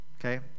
Okay